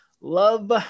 Love